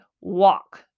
walk